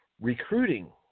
recruiting